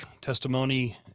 testimony